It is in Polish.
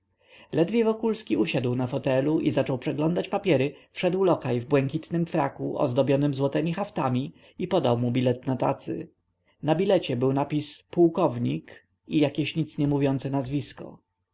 ledwie wokulski usiadł na fotelu i zaczął przeglądać papiery wszedł lokaj w błękitnym fraku ozdobionym złotemi haftami i podał mu bilet na tacy na bilecie był napis pułkownik i jakieś nic nie mówiące nazwisko